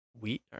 Wheat